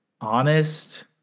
honest